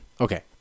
Okay